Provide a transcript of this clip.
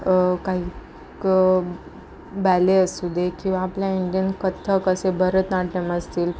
काही क बॅले असू दे किंवा आपल्या इंडियन कथक असे भरतनाट्यम् असतील